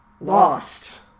Lost